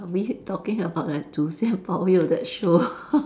are we talking about the 祖先保佑 that show